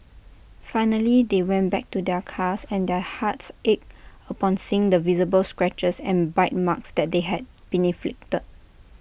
finally they went back to their cars and their hearts ached upon seeing the visible scratches and bite marks that they had been inflicted